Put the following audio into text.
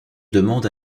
demande